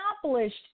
accomplished